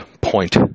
point